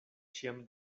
ĉiam